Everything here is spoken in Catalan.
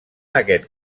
aquest